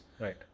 Right